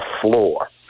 floor